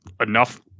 enough